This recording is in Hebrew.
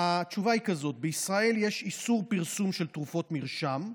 התשובה היא כזאת: בישראל יש איסור פרסום של תרופות מרשם.